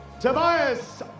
Tobias